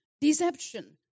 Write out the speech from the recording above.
deception